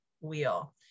wheel